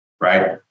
Right